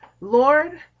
Lord